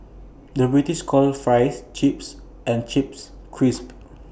the British calls Fries Chips and Chips Crisps